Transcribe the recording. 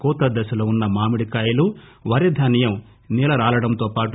కోత దశలో ఉన్న మామిడికాయలు వరిధాన్సం సేల రాలడంతో పాటు